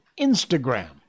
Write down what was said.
instagram